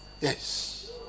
Yes